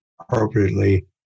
appropriately